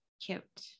cute